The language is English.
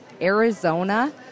Arizona